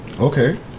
Okay